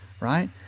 right